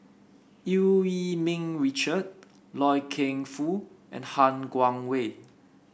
Eu Yee Ming Richard Loy Keng Foo and Han Guangwei